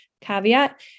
caveat